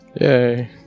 Yay